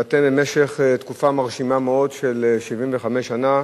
ואתם, במשך תקופה מרשימה מאוד של 75 שנה,